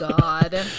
God